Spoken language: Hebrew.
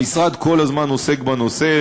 המשרד כל הזמן עוסק בנושא.